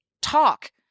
talk